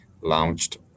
launched